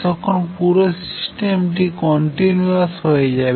তখন পুরো সিস্টেমটি কন্টিনিউয়াস হয়ে যাবে